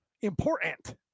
Important